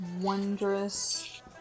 Wondrous